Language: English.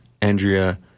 Andrea